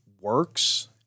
works